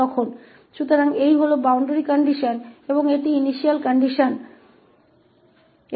तो ये boundary condition हैं और यह प्रारंभिक शर्त है